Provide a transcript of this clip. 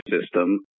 system